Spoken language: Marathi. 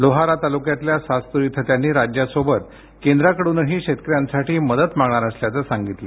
लोहारा तालुक्यातील सास्तूर इथं त्यांनी राज्याच्या सोबत सोबत केंद्राकडूनही शेतकऱ्यांसाठी मदत मागणार असल्याचं सांगितलं